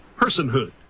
personhood